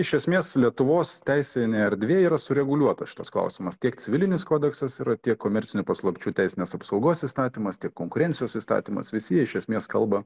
iš esmės lietuvos teisinėj erdvėj yra sureguliuotas šitas klausimas tiek civilinis kodeksas yra tiek komercinių paslapčių teisinės apsaugos įstatymas konkurencijos įstatymas visi jie iš esmės kalba